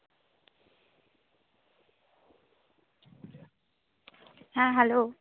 ᱦᱮᱸ ᱦᱮᱞᱳ